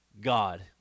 God